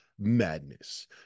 Madness